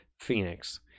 Phoenix